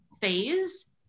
phase